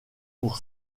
pour